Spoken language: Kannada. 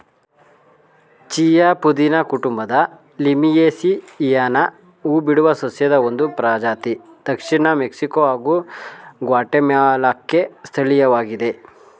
ಚೀಯಾ ಪುದೀನ ಕುಟುಂಬದ ಲೇಮಿಯೇಸಿಯಿಯನ ಹೂಬಿಡುವ ಸಸ್ಯದ ಒಂದು ಪ್ರಜಾತಿ ದಕ್ಷಿಣ ಮೆಕ್ಸಿಕೊ ಹಾಗೂ ಗ್ವಾಟೆಮಾಲಾಕ್ಕೆ ಸ್ಥಳೀಯವಾಗಿದೆ